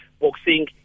boxing